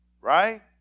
right